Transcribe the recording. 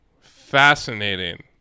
fascinating